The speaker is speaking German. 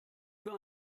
für